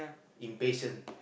impatient